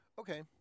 Okay